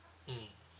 mmhmm